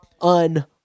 Un